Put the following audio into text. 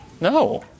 No